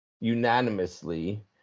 unanimously